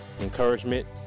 encouragement